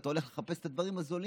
ואתה הולך לחפש את הדברים הזולים.